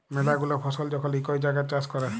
ম্যালা গুলা ফসল যখল ইকই জাগাত চাষ ক্যরে